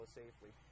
safely